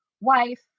wife